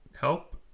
help